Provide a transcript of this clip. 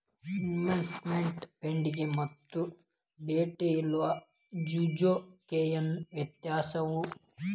Investment ಫಂಡಿಗೆ ಮತ್ತ bet ಇಲ್ಲಾ ಜೂಜು ಕ ಏನ್ ವ್ಯತ್ಯಾಸವ?